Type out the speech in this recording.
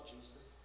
Jesus